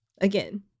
Again